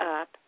up